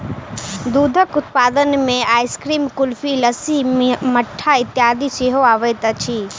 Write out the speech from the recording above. दूधक उत्पाद मे आइसक्रीम, कुल्फी, लस्सी, मट्ठा इत्यादि सेहो अबैत अछि